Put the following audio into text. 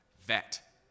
vet